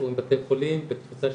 אתם רואים בתי חולים בתפוסה שנתית,